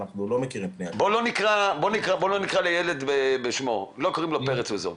לא נדבר ספציפית על פרץ לוזון.